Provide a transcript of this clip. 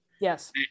Yes